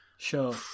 sure